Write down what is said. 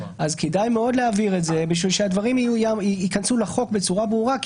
כדאי מאוד להבהיר את זה כדי שהדברים ייכנסו לחוק בצורה ברורה,